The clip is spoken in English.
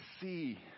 see